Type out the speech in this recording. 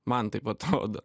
man taip atrodo